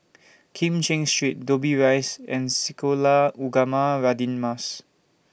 Kim Cheng Street Dobbie Rise and Sekolah Ugama Radin Mas